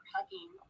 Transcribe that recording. hugging